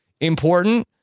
important